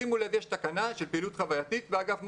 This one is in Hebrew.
שימו לב, יש תקנה של פעילות חווייתית באגף מורשת.